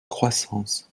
croissance